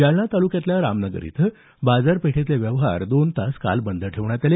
जालना ताल्क्यातल्या रामनगर इथं बाजारपेठेतले व्यवहार दोन तास बंद ठेवण्यात आले